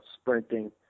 sprinting